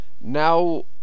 Now